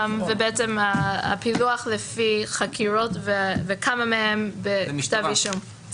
הפילוח לפי חקירות וכמה מהן בכתב אישום.